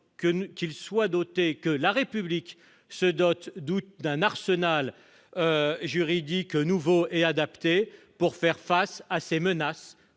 important que la République se dote d'un arsenal juridique nouveau et adapté, pour faire face à ces menaces